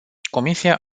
comisia